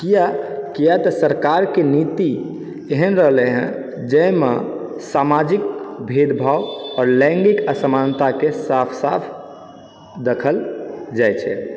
किया कियाक तऽ सरकारकेँ नीति एहन रहलै हँ जाहिमे सामाजिक भेदभाव आओर लैङ्गिक असमानताकेँ साफ साफ देखल जाइत छै